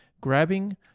grabbing